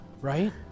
Right